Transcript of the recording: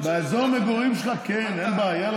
באזור המגורים שלך אין בעיה,